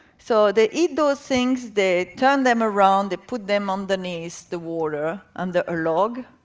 so they eat those things, they turn them around, they put them underneath the water under a log,